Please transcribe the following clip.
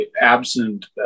absent